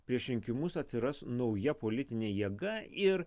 prieš rinkimus atsiras nauja politinė jėga ir